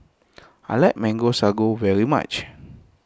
I like Mango Sago very much